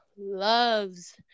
loves